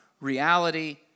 reality